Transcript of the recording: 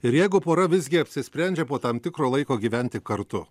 ir jeigu pora visgi apsisprendžia po tam tikro laiko gyventi kartu